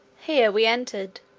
here we entered,